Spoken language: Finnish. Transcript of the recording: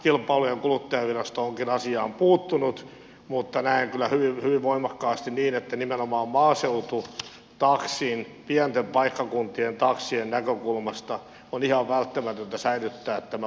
kilpailu ja kuluttajavirasto onkin asiaan puuttunut mutta näen kyllä hyvin voimakkaasti niin että nimenomaan maaseututaksien pienten paikkakuntien taksien näkökulmasta on ihan välttämätöntä säilyttää tämä lupajärjestelmä